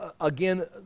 again